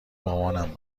مامانم